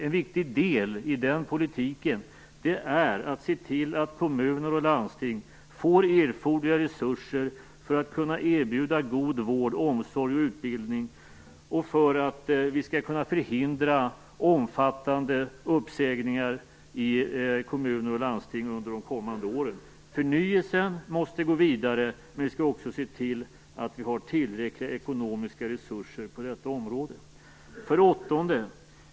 En viktig del i den politiken är att se till att kommuner och landsting får erforderliga resurser för att kunna erbjuda god vård, omsorg och utbildning och för att vi skall kunna förhindra omfattande uppsägningar i kommuner och landsting under de kommande åren. Förnyelsen måste gå vidare, men vi skall också se till att det finns tillräckliga ekonomiska resurser på detta område. 8.